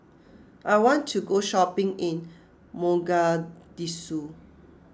I want to go shopping in Mogadishu